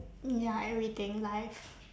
ya everything life